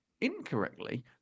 incorrectly